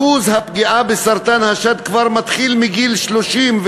הפגיעה בסרטן מתחילה בגיל 30,